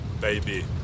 baby